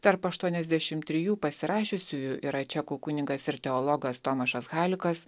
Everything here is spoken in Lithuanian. tarp aštuoniasdešim trijų pasirašiusiųjų yra čekų kunigas ir teologas tomašas halikas